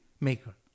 maker